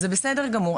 זה בסדר גמור.